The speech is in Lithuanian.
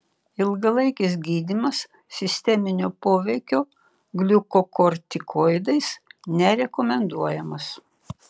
ilgalaikis gydymas sisteminio poveikio gliukokortikoidais nerekomenduojamas